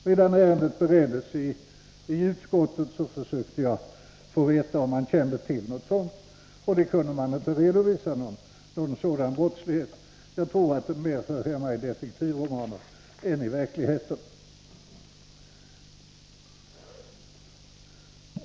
Medan ärendet bereddes i utskottet försökte jag få veta om man kände till något sådant, men någon sådan brottslighet kunde inte redovisas. Jag tror att den hör hemma mer i detektivromaner än i verkligheten.